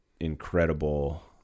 incredible